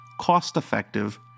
cost-effective